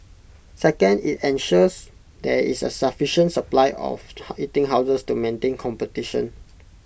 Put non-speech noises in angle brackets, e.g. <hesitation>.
second IT ensures there is A sufficient supply of <hesitation> eating houses to maintain competition